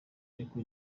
ariko